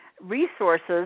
resources